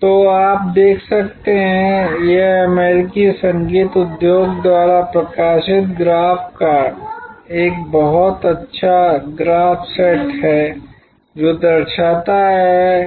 तो आप देख सकते हैं कि यह अमेरिकी संगीत उद्योग द्वारा प्रकाशित ग्राफ़ का एक बहुत अच्छा ग्राफ़ सेट है जो दर्शाता है